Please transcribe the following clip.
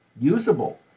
usable